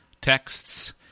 texts